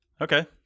Okay